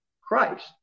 Christ